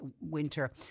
winter